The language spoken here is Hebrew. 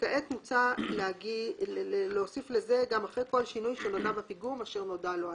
כעת מוצע להוסיף לזה גם "אחרי כל שינוי שנעשה בפיגום אשר נודע לו עליו".